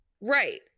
right